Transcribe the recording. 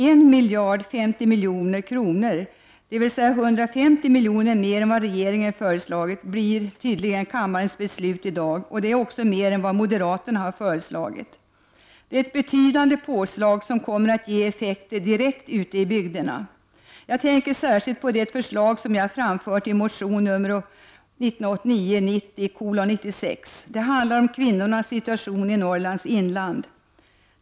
1 050 milj.kr., dvs. 150 miljoner mer än vad regeringen har föreslagit, blir tydligen kammarens beslut i dag. Det är också mer än vad moderaterna har föreslagit. Det är ett betydande påslag som kommer att ge effekter direkt ute i bygderna. Jag tänker särskilt på det förslag som jag framfört i motion 1989/90:96. Den handlar om kvinnornas situation i Norrlands inland.